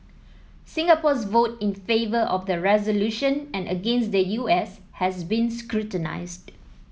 Singapore's vote in favour of the resolution and against the U S has been scrutinised